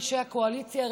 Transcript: אנשי הקואליציה,